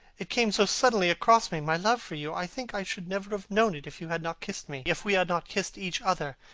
it came so suddenly across me, my love for you. i think i should never have known it if you had not kissed me if we had not kissed each other.